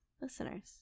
listeners